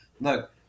Look